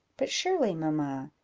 but surely, mamma,